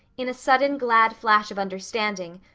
in a sudden glad flash of understanding,